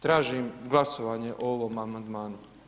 Tražim glasovanje o ovom amandmanu.